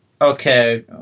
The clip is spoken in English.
okay